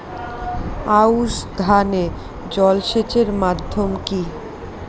আউশ ধান এ জলসেচের মাধ্যম কি?